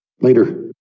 Later